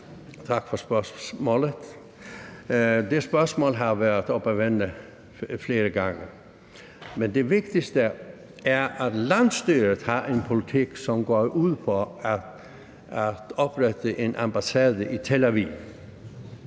Tak for spørgsmålet. Det spørgsmål har været oppe at vende flere gange, men det vigtigste er, at landsstyret har en politik, som går ud på oprette en ambassade i Tel Aviv.